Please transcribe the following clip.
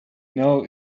know